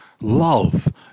love